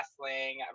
wrestling